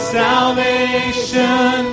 salvation